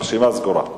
הרשימה סגורה.